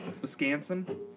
Wisconsin